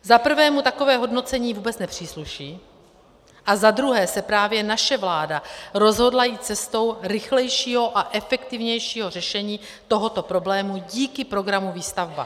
Za prvé mu takové hodnocení vůbec nepřísluší a za druhé se právě naše vláda rozhodla jít cestou rychlejšího a efektivnějšího řešení tohoto problému díky programu Výstavba.